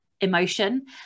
emotion